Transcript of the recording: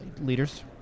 leaders